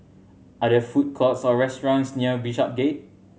are there food courts or restaurants near Bishopsgate